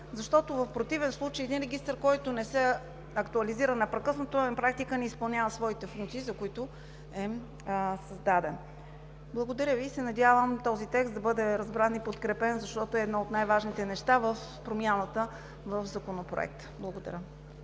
животни. В противен случай един регистър, който не се актуализира непрекъснато, на практика не изпълнява своите функции, за които е създаден. Надявам се този текст да бъде разбран и подкрепен, защото е едно от най-важните неща в промяната на Законопроекта. Благодаря.